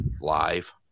live